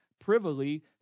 privily